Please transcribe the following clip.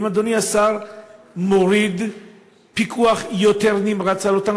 האם אדוני השר מוריד פיקוח יותר נמרץ על אותן